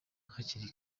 hakiri